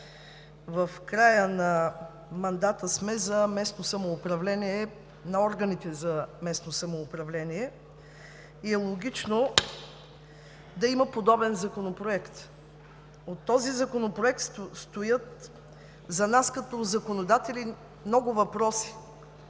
В края на мандата сме за местно самоуправление, на органите за местно самоуправление и е логично да има подобен законопроект. За нас като законодатели стоят много въпроси